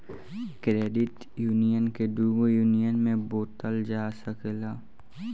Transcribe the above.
credit union के दुगो union में बॉटल जा सकेला